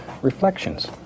reflections